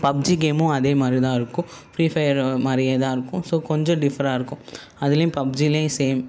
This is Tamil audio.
பப்ஜி கேமும் அதே மாதிரிதான் இருக்கும் ஃபிரீ ஃபயர் மாதிரியேதான் இருக்கும் ஸோ கொஞ்சம் டிஃபராக இருக்கும் அதிலயும் பப்ஜிலேயும் சேம்